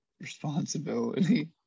Responsibility